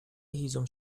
هیزم